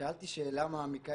שאלתי את עצמי שאלה מעמיקה,